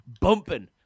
bumping